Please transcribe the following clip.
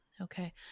Okay